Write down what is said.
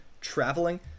traveling